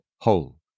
whole